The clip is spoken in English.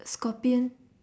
scorpion